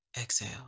Exhale